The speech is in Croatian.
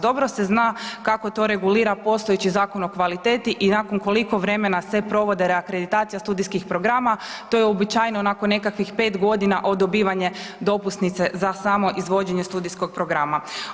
Dobro se zna kako to regulira postojeći Zakon o kvaliteti i nakon koliko vremena se provode reakreditacije studijskih programa, to je uobičajeno nakon nekakvih 5 g. od dobivanja dopusnice za samo izvođenje studijskog programa.